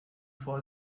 for